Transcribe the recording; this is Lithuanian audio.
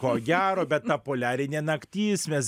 ko gero bet ta poliarinė naktis mes